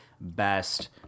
best